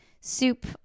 soup